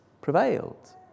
prevailed